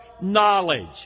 knowledge